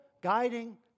guiding